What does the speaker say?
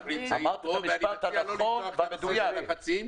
זה אנחנו נמצאים פה ואני מציע לא לפתוח את סוגיית הלחצים.